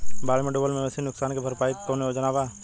बाढ़ में डुबल मवेशी नुकसान के भरपाई के कौनो योजना वा?